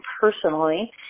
personally